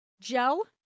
gel